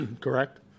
correct